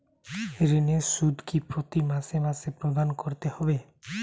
ঋণের সুদ কি প্রতি মাসে মাসে প্রদান করতে হবে?